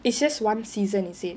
it's just one season is it